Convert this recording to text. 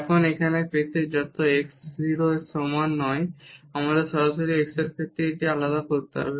এখন এখানে এটি পেতে যখন x 0 এর সমান নয় আমাদের সরাসরি x এর ক্ষেত্রে এটি আলাদা করতে হবে